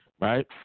right